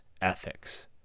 ethics